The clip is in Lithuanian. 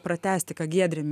pratęsti ką giedrė mi